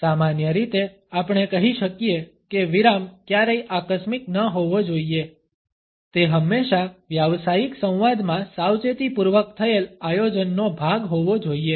સામાન્ય રીતે આપણે કહી શકીએ કે વિરામ ક્યારેય આકસ્મિક ન હોવો જોઈએ તે હંમેશા વ્યાવસાયિક સંવાદમાં સાવચેતીપૂર્વક થયેલ આયોજનનો ભાગ હોવો જોઈએ